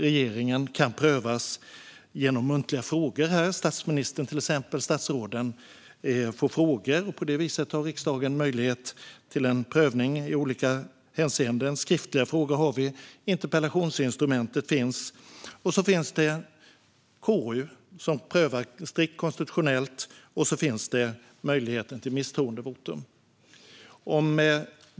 Regeringen kan prövas genom muntliga frågor här i kammaren. Statsministern och statsråden får frågor, och på det viset har riksdagen möjlighet till prövning i olika hänseenden. Skriftliga frågor har vi också. Även interpellationsinstrumentet finns. Sedan finns KU som prövar strikt konstitutionellt. Och det finns möjlighet till misstroendevotering.